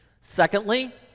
Secondly